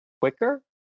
quicker